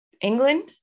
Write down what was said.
England